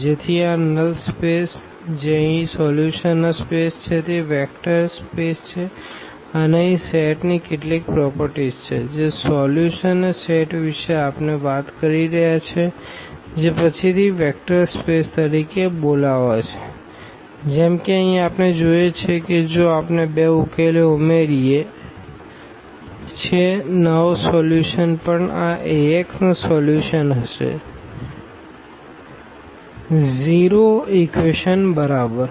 તેથી આ null space જે અહીં સોલ્યુશન સ્પેસ છે તે વેક્ટર્સ સ્પેસ છે અને અહીં સેટની કેટલીક પ્રોપરટીઝછે જે સોલ્યુશન સેટ વિશે આપણે વાત કરી રહ્યા છીએ જે પછીથી વેક્ટર્સ સ્પેસ તરીકે બોલાવાશે જેમ કે અહીં આપણે જોઈએ છીએ કે જો આપણે બે ઉકેલો ઉમેરીએ છીએ નવો સોલ્યુશન પણ આ Axનો સોલ્યુશન હશે 0 ઇક્વેશન બરાબર